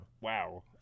wow